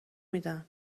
میدن